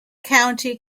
county